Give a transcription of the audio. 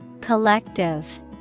Collective